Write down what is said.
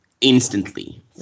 instantly